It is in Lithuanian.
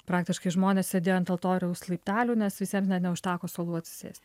praktiškai žmonės sėdėjo ant altoriaus laiptelių nes visiem neužteko suolų atsisėsti